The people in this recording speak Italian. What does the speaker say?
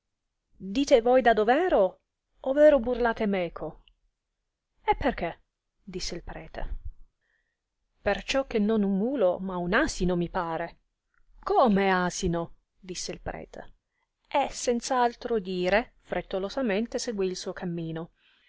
dite voi da dovero overo burlate meco e perchè disse il prete perciò che non un mulo ma un asino mi pare come asino disse il prete e senza altro dire frettolosamente seguì il suo camino